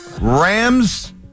Rams